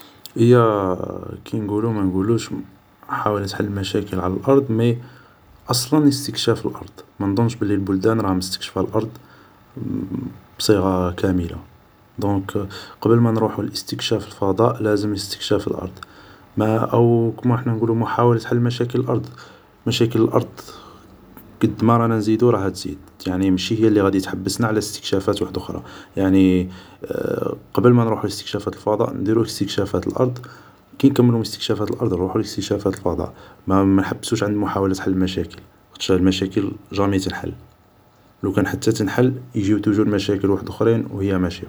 هيا كي نقولو ما نقولوش محاولت مشاكل على الأرض مي أصلا استكشاف الارض منضنش بلي البلدان راها مستكشفة الارض بصيغة كاملة دونك قبل ما نروحو لاستكشاف الفضاء لازم استكشاف الارض ما او كيما حنا نقولو محاولة حل مشاكل الارض مشاكل الارض قد ما رانا نزيدو راهي تزيد يعني ماشي هيا لي غادي تحبسنا على استكشافات وحدوخرة يعني قبل ما نروحو لاستكشافات الفضاء نديرو استكشافات الارض كي نكملو استكشافات الارض نروحو لاستكشافات الفضاء منحبسوش عن محاولة حل المشاكل خاطش المشاكل جامي تنحل لوكان حتى تنحل يجو مشاكل توجور واحدوخرين و هي ماشيا